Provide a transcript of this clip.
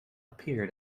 appear